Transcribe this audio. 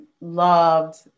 loved